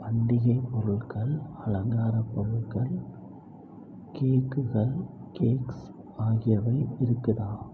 பண்டிகை பொருட்கள் அலங்கார பொருட்கள் கேக்குகள் கேக்ஸ் ஆகியவை இருக்குதா